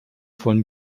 von